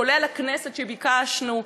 כולל הכנסת כפי שביקשנו,